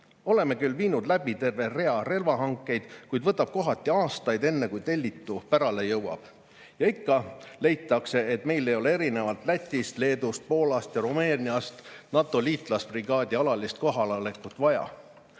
Oleme küll teinud terve rea relvahankeid, kuid võtab kohati aastaid, enne kui tellitu pärale jõuab. Ja ikka leitakse, et meil ei ole erinevalt Lätist, Leedust, Poolast ja Rumeeniast NATO liitlasbrigaadi alalist kohalolekut vaja.